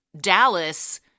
Dallas